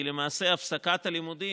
כי למעשה הפסקת הלימודים,